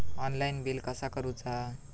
Online bill कसा करुचा?